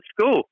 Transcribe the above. school